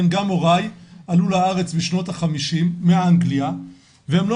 גם הוריי עלו לארץ משנות ה-50 מאנגליה והם לא